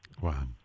Wow